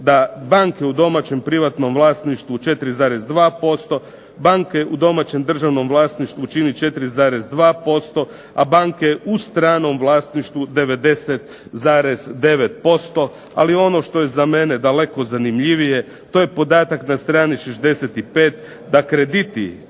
da banke u domaćem privatnom vlasništvu 4,2%, banke u domaćem državnom vlasništvu čini 4,2% a banke u stranom vlasništvu 99,9% ali ono što je za mene daleko zanimljivije to je podatak na strani 65. da krediti ostalim